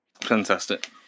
Fantastic